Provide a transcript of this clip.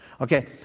Okay